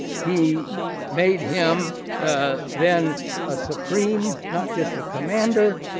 he made him then ah supreme, not just a commander,